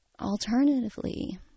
Alternatively